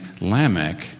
Lamech